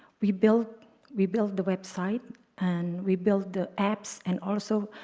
we built we built the website and we built the apps and also